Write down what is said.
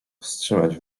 wstrzymać